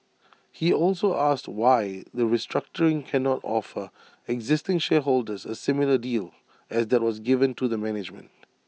he also asked why the restructuring cannot offer existing shareholders A similar deal as that was given to the management